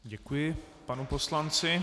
Děkuji panu poslanci.